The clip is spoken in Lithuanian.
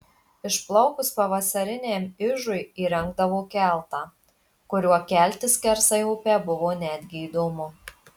išplaukus pavasariniam ižui įrengdavo keltą kuriuo keltis skersai upę buvo netgi įdomu